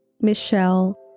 Michelle